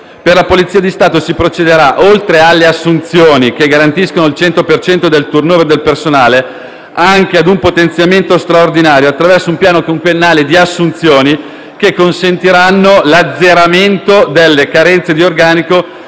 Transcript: Per la Polizia di Stato, si procederà, oltre alle assunzioni che garantiscono il 100 per cento del *turnover* del personale, anche ad un potenziamento straordinario attraverso un piano quinquennale di assunzioni che consentiranno l'azzeramento delle carenze di organico